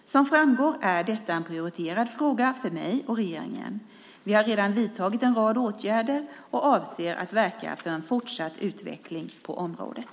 Som framgår är detta en prioriterad fråga för mig och regeringen. Vi har redan vidtagit en rad åtgärder och avser att verka för en fortsatt utveckling på området.